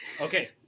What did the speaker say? Okay